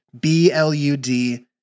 B-L-U-D